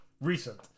recent